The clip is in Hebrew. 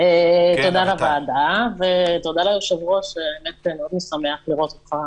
תודה לוועדה ותודה ליושב-ראש, משמח לראות אותך